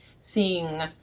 seeing